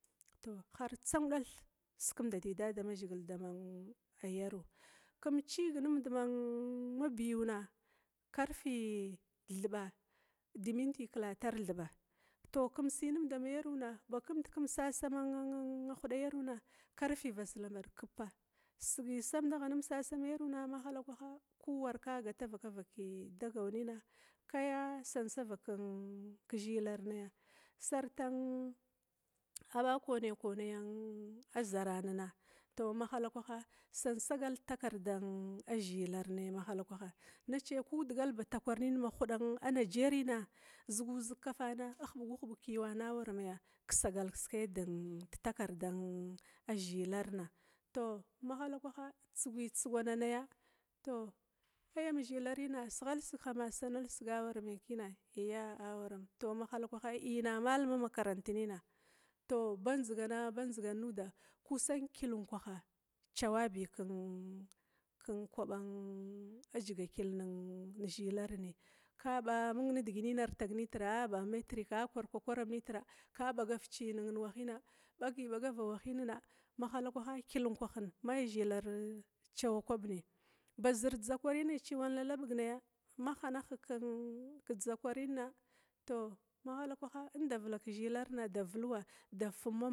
To har tsaundath skimdadi damazhigil dama yaru, kum ciga numd ma biuna karfi thubba de minti kilatar thubba, tou kumd kum si numd dama yaruna, karfi nimd sama yaruna mahalakwaha ku wara kaba gata vaka vaka dagala, kaya sansagala davak zhilar naya sartan aba kone konayan a zaranna tou mahalakwaha sansagala de takirda ha zhilar naya mahala kwaha tou ku digal batakwar nin dama haya nigerina, zugu zig kafana, hubgu hubug keyuwana amai kisagala kiskai detak ardan a zhilarna, tou mahalakwaha, tsugu tsugana naya, tou ai am zhilarina, sighalsigha hama ai sanalsig amaya iya awarama tou mahalakwaha ina maluma makarant nina, tou, ba ndzigana ba ndzigana nuda kusan kyill unkwaha cawabi ken kwaban a dziga kyillnin zhilarni, kaba, mung diginin bag nitir a biometrica a kwarkwakwar amnitira ka baga ci newahina, mahalakwaha kyill unkwaha ma zhilar cawa kwaba dziga kyilli, zir dzakwarin ci wan labag naya, ma hanaheg kedzakwarina, tou mahalakwaha inda vila kezhilarina kumda vuluwa da fum.